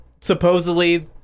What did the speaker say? supposedly